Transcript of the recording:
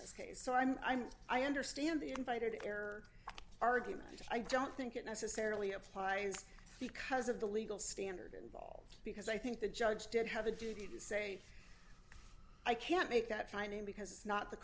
this case so i'm i'm i understand the invited error argument and i don't think it necessarily applies because of the legal standard involved because i think the judge did have a duty to say i can't make that finding because it's not the